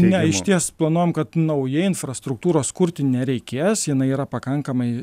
ne išties planuojam kad naujai infrastruktūros kurti nereikės jinai yra pakankamai